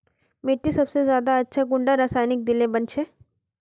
मिट्टी सबसे ज्यादा अच्छा कुंडा रासायनिक दिले बन छै?